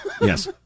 yes